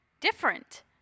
Different